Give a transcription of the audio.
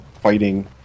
fighting